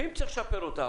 והאם צריך לשפר אותה?